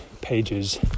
pages